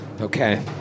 okay